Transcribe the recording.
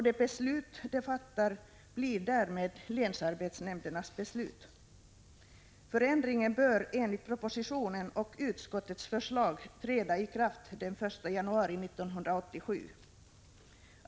De beslut de fattar blir därmed länsarbetsnämndernas beslut. Förändringen bör enligt propositionen och utskottets förslag träda i kraft den 1 januari 1987.